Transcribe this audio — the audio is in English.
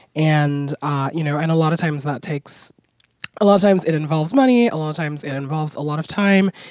and ah you know, and a lot of times that takes a lot of times, it involves money. a lot of times, it involves a lot of time,